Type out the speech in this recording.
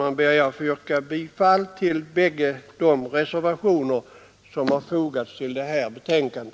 Jag ber att få yrka bifall till de bägge reservationer som har fogats till detta betänkande.